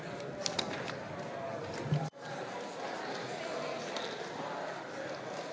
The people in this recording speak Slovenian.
Hvala